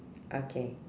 okay